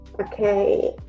Okay